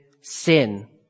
sin